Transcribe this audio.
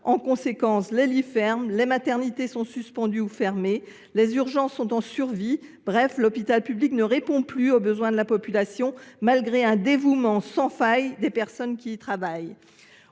majeures. Les lits ferment, les maternités sont suspendues ou fermées, les urgences sont en survie. Bref l’hôpital public ne répond plus aux besoins de la population, malgré le dévouement sans faille des personnes qui y travaillent.